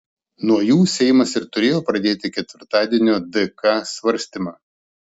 nuo jų seimas ir turėjo pradėti ketvirtadienio dk svarstymą